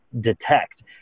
detect